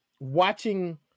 watching